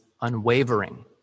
unwavering